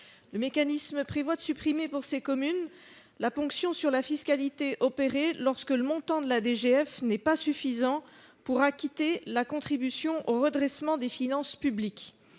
le mécanisme prévoit de supprimer pour ces communes, la ponction sur la fiscalité opérées lorsque le montant de la DGF n'est pas suffisant pour acquitter la contribution au redressement des finances publiques,